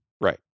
right